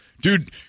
Dude